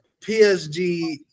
PSG